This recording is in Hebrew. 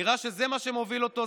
נראה שזה מה שמוביל אותו,